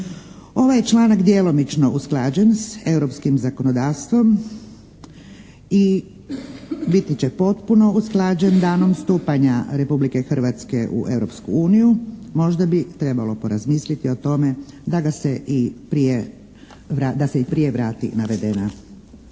Ovaj je članak djelomično usklađen s Europskim zakonodavstvom i biti će potpuno usklađen danom stupanja Republike Hrvatske u Europsku uniju, možda bi trebalo porazmisliti o tome da se i prije vrati navedena